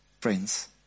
friends